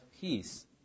peace